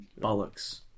bollocks